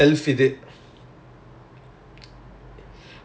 oh is it indoor means